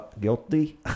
guilty